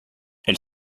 elle